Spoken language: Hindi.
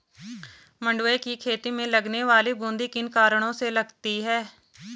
मंडुवे की खेती में लगने वाली बूंदी किन कारणों से लगती है?